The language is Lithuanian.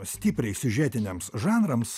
stipriai siužetiniams žanrams